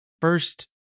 first